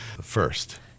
first